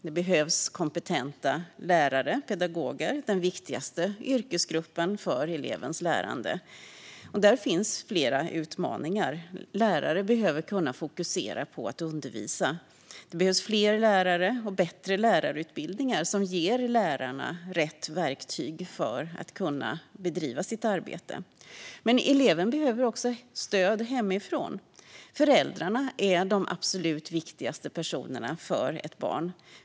Det behövs kompetenta lärare - pedagoger - som är den viktigaste yrkesgruppen för elevens lärande. Där finns flera utmaningar. Lärare behöver kunna fokusera på att undervisa. Det behövs fler lärare och bättre lärarutbildningar som ger lärarna rätt verktyg för att kunna bedriva sitt arbete. Eleven behöver dock även stöd hemifrån. Föräldrarna är de absolut viktigaste personerna för ett barn.